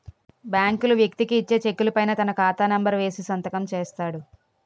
బ్యాంకులు వ్యక్తికి ఇచ్చే చెక్కుల పైన తన ఖాతా నెంబర్ వేసి సంతకం చేస్తాడు